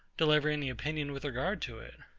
deliver any opinion with regard to it.